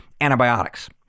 antibiotics